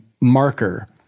marker